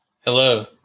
Hello